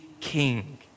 king